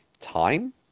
time